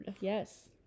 yes